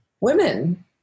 Women